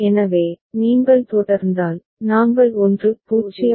எனவே நீங்கள் தொடர்ந்தால் நாங்கள் 1 0 1 வலதுபுறம் வருவோம்